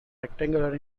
rectangular